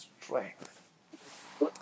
strength